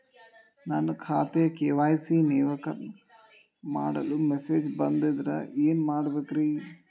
ನನ್ನ ಖಾತೆಯ ಕೆ.ವೈ.ಸಿ ನವೇಕರಣ ಮಾಡಲು ಮೆಸೇಜ್ ಬಂದದ್ರಿ ಏನ್ ಮಾಡ್ಬೇಕ್ರಿ?